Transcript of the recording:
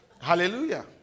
Hallelujah